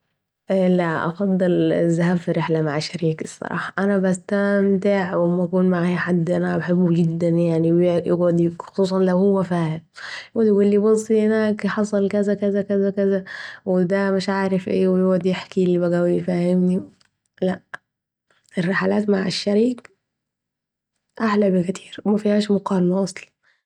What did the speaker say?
لأ افضل الذهاب في رحلة مع شريك ، أنا بستمتع لما اكون معايا حد بحبه جداً يعني ، و يقعد... خصوصا لو كان فاهم يقعد يقولي بصي هناك حصل كذه كذه كذه... و دا مش عارف ايه و يقعد يحكي لي بقي و يفهمني ، لأ الرحلات مع الشريك أحلي بكتير و مفهاش مقارنه أصلا